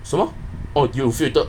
什么 oh 你有 filter